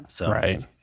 Right